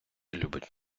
любить